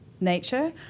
nature